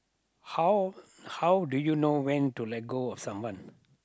how how do you know when to let go of someone